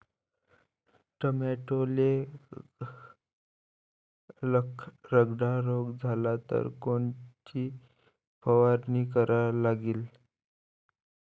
टमाट्याले लखड्या रोग झाला तर कोनची फवारणी करा लागीन?